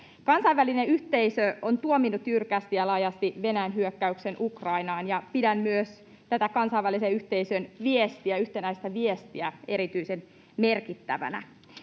Kansainvälinen yhteisö on tuominnut jyrkästi ja laajasti Venäjän hyökkäyksen Ukrainaan, ja pidän myös tätä kansainvälisen yhteisön viestiä, yhtenäistä viestiä erityisen merkittävänä.